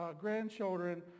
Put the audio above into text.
grandchildren